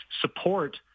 support